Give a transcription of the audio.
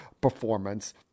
performance